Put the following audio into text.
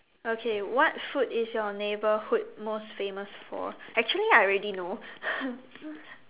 okay what food is your neighbourhood most famous for actually I already know